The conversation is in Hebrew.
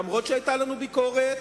למרות שהיתה לנו ביקורת,